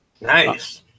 nice